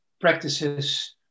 practices